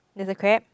there's a crab